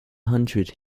hundred